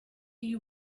you